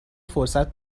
فرصت